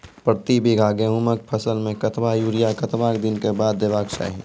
प्रति बीघा गेहूँमक फसल मे कतबा यूरिया कतवा दिनऽक बाद देवाक चाही?